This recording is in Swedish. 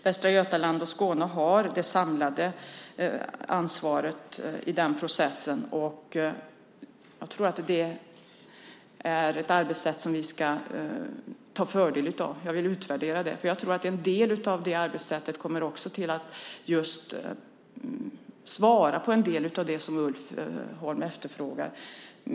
Västra Götaland och Skåne har det samlade ansvaret i den processen, och jag tror att det är ett arbetssätt som vi ska dra fördel av. Jag vill utvärdera det, för jag tror att en del av det arbetssättet också kommer att svara på en del av det som Ulf Holm efterfrågar.